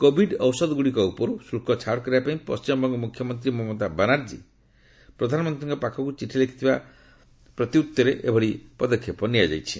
Covid ଔଷଧଗୁଡ଼ିକ ଉପରୁ ଶୁଲ୍କ ଛାଡ଼ କରିବାପାଇଁ ପଣ୍ଟିମବଙ୍ଗ ମୁଖ୍ୟମନ୍ତ୍ରୀ ମମତା ବାନାର୍ଜୀ ପ୍ରଧାନମନ୍ତ୍ରୀଙ୍କ ପାଖକୁ ଲେଖିଥିବା ଚିଠି ଉପରେ ଏଭଳି ପଦକ୍ଷେପ ନିଆଯାଇଛି